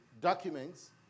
documents